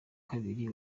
kabiri